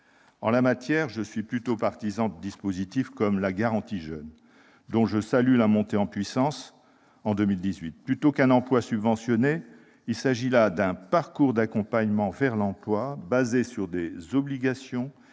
En la matière, je suis plutôt partisan de dispositifs comme la garantie jeunes, dont je salue la montée en puissance l'année prochaine. Plutôt qu'un emploi subventionné, il s'agit d'un parcours d'accompagnement vers l'emploi fondé sur des obligations et des engagements